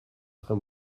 très